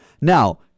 Now